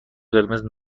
قرمز